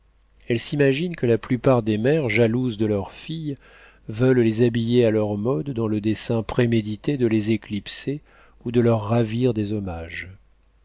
elles s'imaginent que la plupart des mères jalouses de leurs filles veulent les habiller à leur mode dans le dessein prémédité de les éclipser ou de leur ravir des hommages